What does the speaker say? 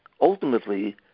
ultimately